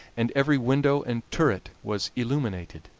and every window and turret was illuminated,